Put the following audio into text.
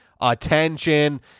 attention